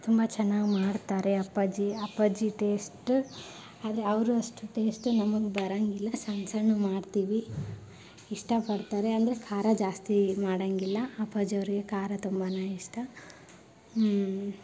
ತುಂಬ ಚೆನ್ನಾಗಿ ಮಾಡ್ತಾರೆ ಅಪ್ಪಾಜಿ ಅಪ್ಪಾಜಿ ಟೇಸ್ಟ್ ಆದ್ರೆ ಅವರು ಅಷ್ಟು ಟೇಸ್ಟ್ ನಮಗೆ ಬರೋಂಗಿಲ್ಲ ಸಣ್ಣ ಸಣ್ಣ ಮಾಡ್ತೀವಿ ಇಷ್ಟಪಡ್ತಾರೆ ಅಂದರೆ ಖಾರ ಜಾಸ್ತಿ ಮಾಡೋಂಗಿಲ್ಲ ಅಪ್ಪಾಜಿ ಅವರಿಗೆ ಖಾರ ತುಂಬನೆ ಇಷ್ಟ ಹ್ಞೂ